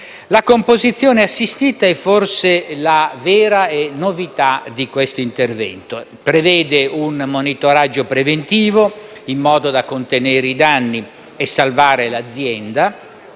La composizione assistita è forse la vera novità di questo intervento. Prevede un monitoraggio preventivo, in modo da contenere i danni e salvare l'azienda.